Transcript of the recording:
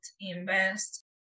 invest